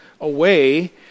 away